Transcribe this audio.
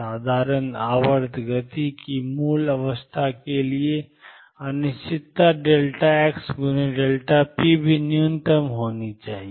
साधारण आवर्त गति की मूल अवस्था के लिए अनिश्चितता xp भी न्यूनतम होनी चाहिए